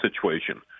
situation